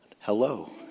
hello